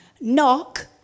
knock